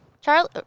Charlie